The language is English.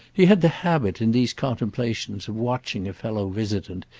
he had the habit, in these contemplations, of watching a fellow visitant,